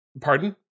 Pardon